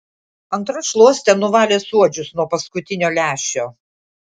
antra šluoste nuvalė suodžius nuo paskutinio lęšio